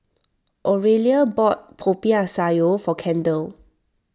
Oralia bought Popiah Sayur for Kendal